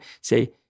say